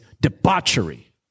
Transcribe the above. debauchery